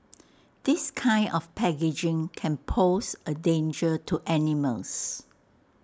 this kind of packaging can pose A danger to animals